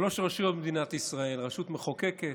שלוש רשויות במדינת ישראל: רשות מחוקקת,